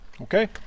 Okay